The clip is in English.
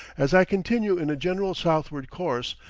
as i continue in a general southward course,